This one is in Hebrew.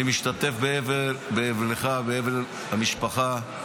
אני משתתף באבלך, באבל המשפחה.